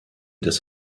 des